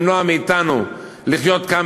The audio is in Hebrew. למנוע מאתנו לחיות כאן,